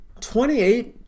28